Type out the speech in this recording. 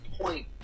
Point